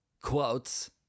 Quotes